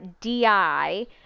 DI